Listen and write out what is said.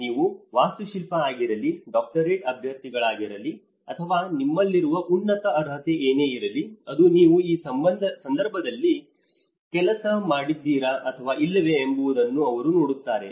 ನೀವು ವಾಸ್ತುಶಿಲ್ಪಿ ಆಗಿರಲಿ ಡಾಕ್ಟರೇಟ್ ಅಭ್ಯರ್ಥಿಯಾಗಿರಲಿ ಅಥವಾ ನಿಮ್ಮಲ್ಲಿರುವ ಉನ್ನತ ಅರ್ಹತೆ ಏನೇ ಇರಲಿ ಆದರೆ ನೀವು ಈ ಸಂದರ್ಭದಲ್ಲಿ ಕೆಲಸ ಮಾಡಿದ್ದೀರಾ ಅಥವಾ ಇಲ್ಲವೇ ಎಂಬುದನ್ನು ಅವರು ನೋಡುತ್ತಾರೆ